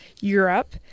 Europe